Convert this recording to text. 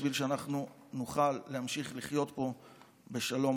בשביל שאנחנו נוכל להמשיך לחיות פה בשלום,